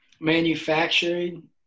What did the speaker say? Manufacturing